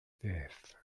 death